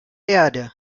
erde